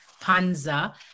Panza